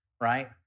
right